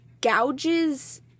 gouges